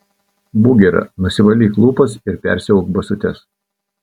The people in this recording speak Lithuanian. būk gera nusivalyk lūpas ir persiauk basutes